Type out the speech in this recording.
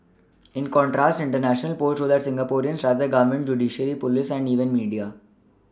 in contrast international polls show that Singaporeans trust their Government judiciary police and even media